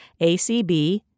ACB